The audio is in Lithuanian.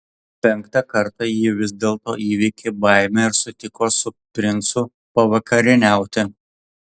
penktą kartą ji vis dėlto įveikė baimę ir sutiko su princu pavakarieniauti